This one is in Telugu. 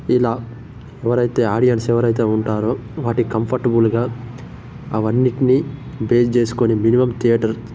ఇలా ఎవరయితే ఆడియన్స్ ఎవరయితే ఉంటారో వాటి కంఫర్టబుల్గా అవన్నిటిని బేస్ చేసుకొని మినిమం థియేటర్